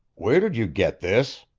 where did you get this?